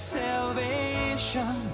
salvation